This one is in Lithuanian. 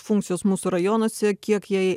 funkcijos mūsų rajonuose kiek jai